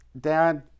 dad